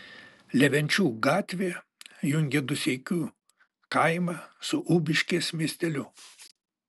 levenčių gatvė jungia dūseikių kaimą su ubiškės miesteliu